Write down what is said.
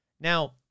Now